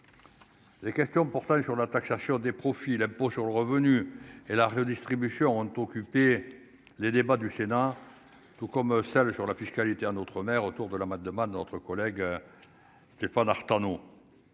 Les questions portant sur la taxation des profits, l'impôt sur le revenu et la redistribution ont occupé les débats du Sénat, tout comme celle sur la fiscalité, un autre maire autour de la mode de mal entre collègues, Stéphane Artano